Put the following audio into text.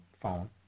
phone